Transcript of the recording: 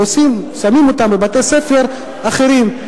ושמים אותם בבתי-ספר אחרים.